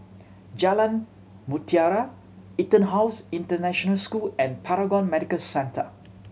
Jalan Mutiara EtonHouse International School and Paragon Medical Centre